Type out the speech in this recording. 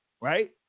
right